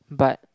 but